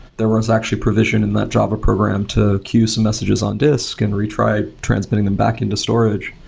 there was actually provision in that java program to queue some messages on disk and retry transmitting them back into storage.